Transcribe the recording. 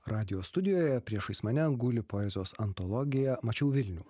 radijo studijoje priešais mane guli poezijos antologija mačiau vilnių